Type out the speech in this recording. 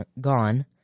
gone